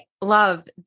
love